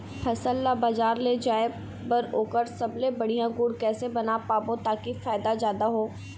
फसल ला बजार ले जाए बार ओकर सबले बढ़िया गुण कैसे बना पाबो ताकि फायदा जादा हो?